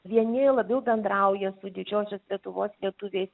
vieni labiau bendrauja su didžiosios lietuvos lietuviais